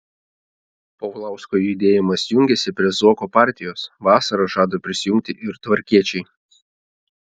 paulausko judėjimas jungiasi prie zuoko partijos vasarą žada prisijungti ir tvarkiečiai